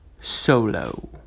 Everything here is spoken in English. Solo